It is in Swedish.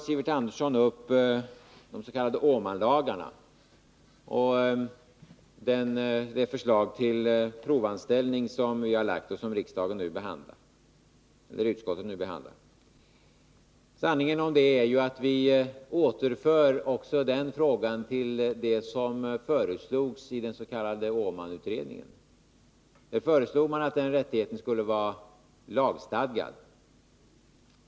Sivert Andersson tog också upp de s.k. Åmanlagarna och det förslag till provanställning som vi har lagt fram och som utskottet nu behandlar. Sanningen är att vi också på den punkten vill återföra förhållandena till vad som föreslogs i den s.k. Åmanutredningen. Där föreslogs att den rättigheten skulle vara lagstadgad.